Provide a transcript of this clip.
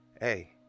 hey